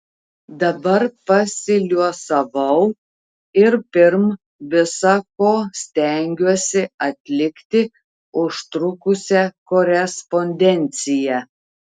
dabar pasiliuosavau ir pirm visa ko stengiuosi atlikti užtrukusią korespondenciją